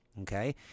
Okay